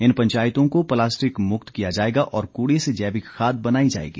इन पंचायतों को प्लास्टिक मुक्त किया जाएगा और कूड़े से जैविक खाद बनाई जाएगी